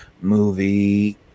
movie